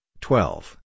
twelve